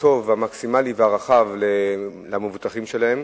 הטוב והמקסימלי והרחב למבוטחים שלהן,